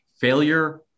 failure